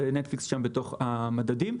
ו-Netflix שם בתוך המדדים.